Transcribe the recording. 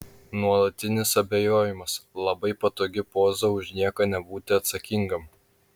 nuolatinis abejojimas labai patogi poza už nieką nebūti atsakingam